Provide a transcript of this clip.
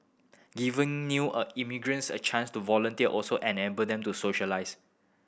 giving new a immigrants a chance to volunteer also enable them to socialise